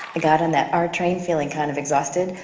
i got on that r train feeling kind of exhausted,